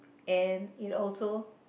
and it also